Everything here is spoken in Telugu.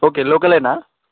ఓకే లోకలేనా